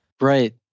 right